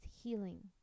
healing